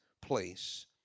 place